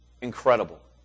Incredible